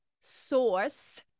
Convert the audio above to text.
source